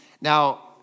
Now